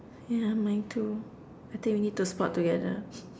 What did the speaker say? yeah mine too I think we need to spot together